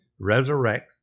resurrects